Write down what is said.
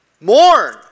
Mourn